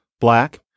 black